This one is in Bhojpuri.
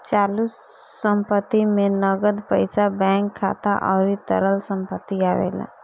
चालू संपत्ति में नगद पईसा बैंक खाता अउरी तरल संपत्ति आवेला